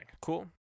Cool